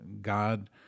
God